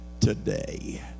today